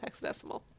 hexadecimal